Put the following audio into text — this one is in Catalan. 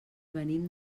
venim